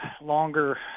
longer